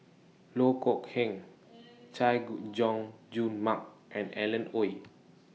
Loh Kok Heng Chay Jung Jun Mark and Alan Oei